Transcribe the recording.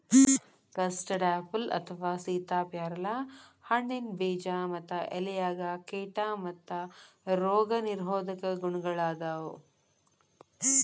custard apple ಅಥವಾ ಸೇತಾಪ್ಯಾರಲ ಹಣ್ಣಿನ ಬೇಜ ಮತ್ತ ಎಲೆಯಾಗ ಕೇಟಾ ಮತ್ತ ರೋಗ ನಿರೋಧಕ ಗುಣಗಳಾದಾವು